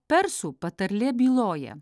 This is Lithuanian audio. persų patarlė byloja